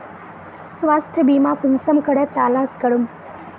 स्वास्थ्य बीमा कुंसम करे तलाश करूम?